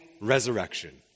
resurrection